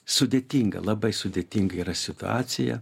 sudėtinga labai sudėtinga yra situacija